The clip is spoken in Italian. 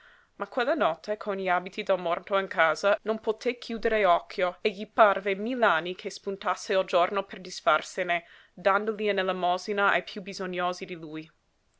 ma quella notte con gli abiti del morto in casa non poté chiudere occhio e gli parve mill'anni che spuntasse il giorno per disfarsene dandoli in elemosina ai piú bisognosi di lui